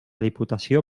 diputació